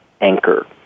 anchor